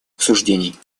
обсуждений